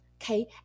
Okay